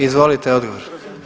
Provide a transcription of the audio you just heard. Izvolite odgovor.